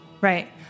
Right